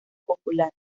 popular